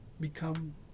become